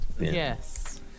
Yes